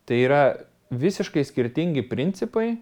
tai yra visiškai skirtingi principai